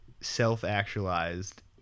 self-actualized